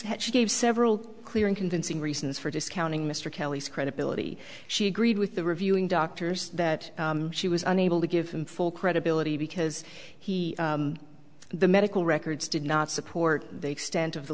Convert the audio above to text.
gave several clear and convincing reasons for discounting mr kelly's credibility she agreed with the reviewing doctors that she was unable to give him full credibility because he the medical records did not support the extent of the